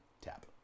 Tap